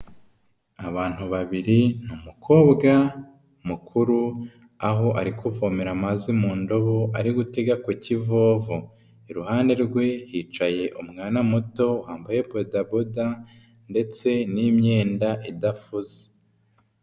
Abantu babiri, ni umukobwa mukuru aho ari kuvomera amazi mu ndobo, ari gutega ku kivovo. Iruhande rwe hicaye umwana muto wambaye bodaboda, ndetse n'imyenda idafuze.